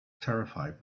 terrified